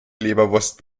leberwurst